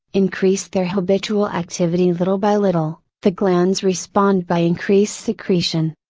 increase their habitual activity little by little, the glands respond by increased secretion.